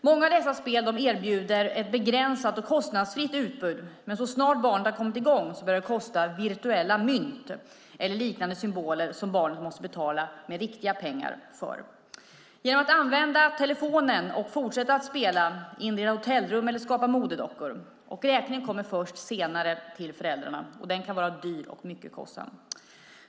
Många av dessa spel erbjuder ett begränsat och kostnadsfritt utbud, men så snart barnet har kommit i gång börjar det kosta virtuella mynt eller liknande symboler som barnet måste betala riktiga pengar för. Genom att använda telefonen kan barnet fortsätta att spela, inreda hotellrum eller skapa modedockor. Räkningen kommer först senare till föräldrarna, och den kan vara hög. Det kan bli mycket kostsamt.